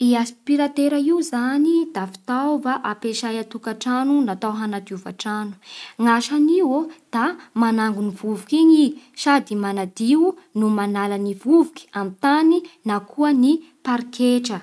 I aspiratera io zany da fitaova ampiasay an-tokantrano natao hanadiovan-trano. Ny asan'iô da manango vovoky i sady manadio no manala ny vovoky amin'ny tany na koa ny pariketra.